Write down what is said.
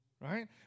Right